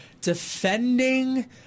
defending